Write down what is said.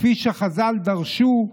כפי שחז"ל דרשו.